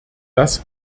das